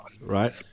Right